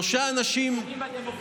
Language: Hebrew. שלושה אנשים שפוגעים בדמוקרטיה.